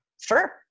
sure